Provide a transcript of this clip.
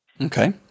Okay